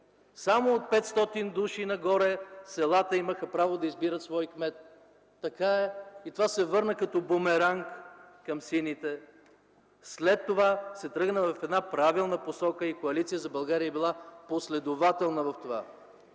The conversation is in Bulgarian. само от 500 души нагоре селата имаха право да избират свой кмет. Така е. И това се върна като бумеранг към сините, след това се тръгна в една правилна посока, и Коалиция за България е била последователна в това